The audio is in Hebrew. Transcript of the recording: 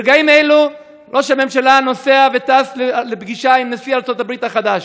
ברגעים אלו ראש הממשלה נוסע וטס לפגישה עם נשיא ארצות-הברית החדש.